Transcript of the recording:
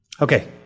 Okay